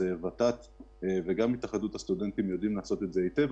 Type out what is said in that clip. ות"ת וגם התאחדות הסטודנטים יודעים לעשות את זה היטב.